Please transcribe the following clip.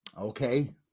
okay